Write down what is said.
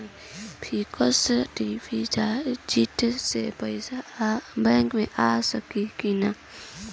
Fix deposit से पैसा bank मे आ सकी कि ना?